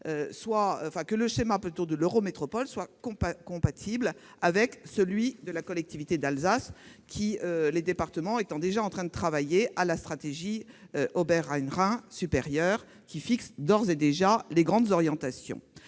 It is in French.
que le schéma de l'eurométropole soit compatible avec celui de la Collectivité européenne d'Alsace, les départements étant en train de travailler à la stratégie Oberrhein- Rhin supérieur -, qui fixe d'ores et déjà les grandes orientations.